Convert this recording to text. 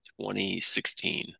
2016